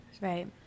Right